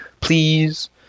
please